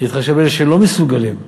להתחשב באלה שלא מסוגלים.